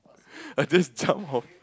I just jumped off